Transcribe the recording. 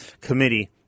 committee